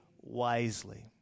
wisely